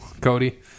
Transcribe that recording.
Cody